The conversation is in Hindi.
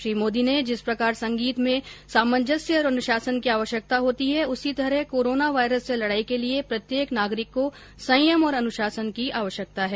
श्री मोदी ने जिस प्रकार संगीत में सामजस्य और अनुशासन की आवश्यकता होती है उसी तरह कोरोना वायरस से लड़ाई के लिए प्रत्येक नागरिक को संयम और अनुशासन की आवश्यकता है